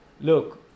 look